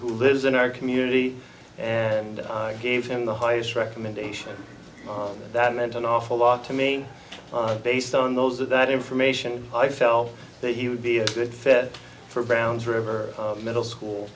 who lives in our community and i gave him the highest recommendation that meant an awful lot to me based on those of that information i felt that he would be a good fit for brown's forever middle school